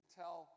tell